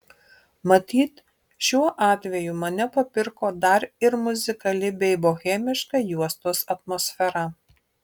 matyt šiuo atveju mane papirko dar ir muzikali bei bohemiška juostos atmosfera